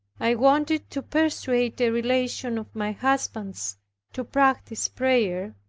i wanted to persuade a relation of my husband's to practice prayer.